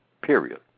Period